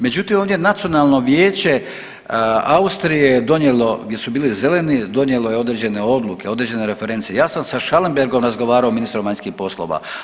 Međutim, ovdje Nacionalno vijeće Austrije je donijelo, gdje su bili Zeleni donijelo je određene odluke, određene referencije, ja sam Schallenbergom razgovarao, ministrom vanjskih poslova.